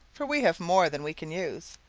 for we have more than we can use.